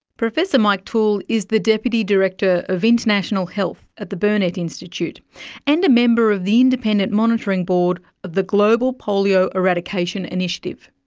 professor mike toole is the deputy director of international health at the burnet institute and a member of the independent monitoring board of the global polio eradication initiative.